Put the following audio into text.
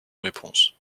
réponse